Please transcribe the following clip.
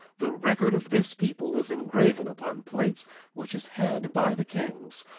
the record of this people is engraven upon plates which is had by the kings,